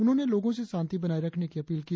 उन्होंन लोगों से शांति बनाए रखने की अपील की